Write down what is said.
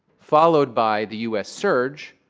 followed by the us surge,